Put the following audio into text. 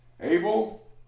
Abel